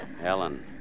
Helen